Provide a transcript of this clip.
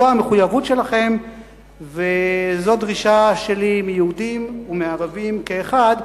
זו המחויבות שלכם וזו דרישה שלי מיהודים ומערבים כאחד,